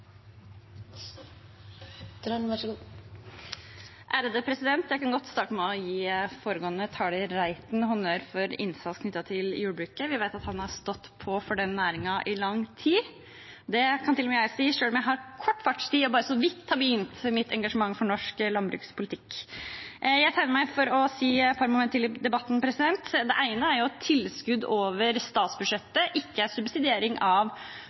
Reiten, honnør for innsatsen knyttet til jordbruket. Vi vet at han har stått på for den næringen i lang tid. Det kan til og med jeg si, selv om jeg har kort fartstid og bare så vidt har begynt mitt engasjement for norsk landbrukspolitikk. Jeg tegnet meg fordi jeg har et par momenter til i debatten. Det ene er at tilskudd over statsbudsjettet ikke er subsidiering av